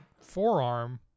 forearm